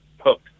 hooked